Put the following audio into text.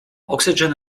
oxygen